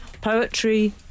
Poetry